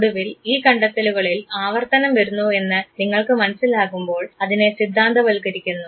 ഒടുവിൽ ഈ കണ്ടെത്തലുകളിൽ ആവർത്തനം വരുന്നു എന്ന് നിങ്ങൾക്ക് മനസ്സിലാകുമ്പോൾ അതിനെ സിദ്ധാന്തവൽക്കരിക്കുന്നു